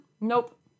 Nope